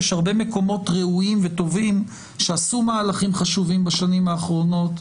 יש הרבה מקומות ראויים וטובים שעשו מהלכים חשובים בשנים האחרונות,